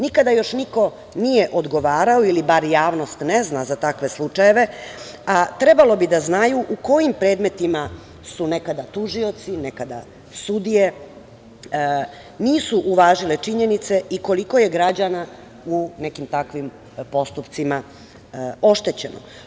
Nikada još niko nije odgovarao ili bar javnost ne zna za takve slučajeve, trebalo bi da znaju u kojim predmetima su nekada tužioci, nekada sudije, nisu uvažili činjenice i koliko je građana u nekim takvim postupcima oštećeno.